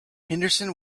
henderson